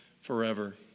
forever